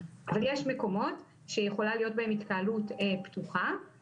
אבל יש מקומות שיכולה להיות בהם התקהלות פתוחה,